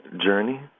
journey